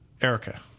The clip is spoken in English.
Erica